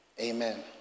amen